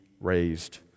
raised